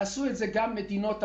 עשו את זה גם מדינות אחרות.